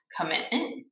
commitment